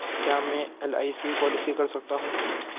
क्या मैं LIC policy कर सकता हूं?